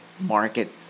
market